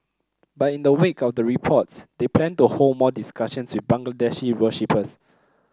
but in the wake of the reports they plan to hold more discussions with Bangladeshi worshippers